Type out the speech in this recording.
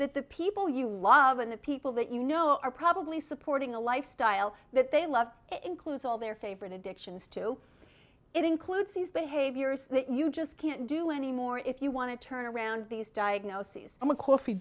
that the people you love and the people that you know are probably supporting a lifestyle that they love includes all their favorite addictions to it includes these behaviors that you just can't do anymore if you want to turn around these diagnoses i'm a coffee